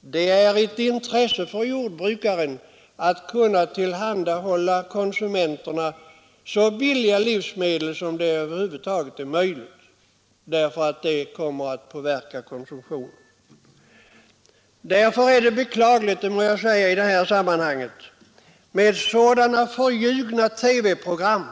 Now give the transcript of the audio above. Det är ett intresse för jordbrukaren att kunna tillhandahålla konsumenterna så billiga livsmedel som det över huvud taget är möjligt, därför att det kommer att påverka konsumtionen. Jag vill i detta sammanhang säga att det är beklagligt med sådana förljugna TV-program